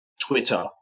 Twitter